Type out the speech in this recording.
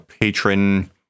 patron